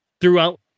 throughout